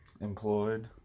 employed